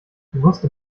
wusste